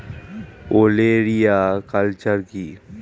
ওলেরিয়া কালচার কি?